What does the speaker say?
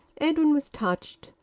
edwin was touched.